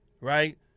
right